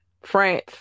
France